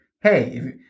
Hey